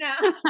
No